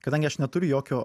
kadangi aš neturiu jokio